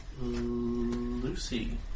Lucy